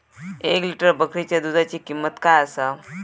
एक लिटर बकरीच्या दुधाची किंमत काय आसा?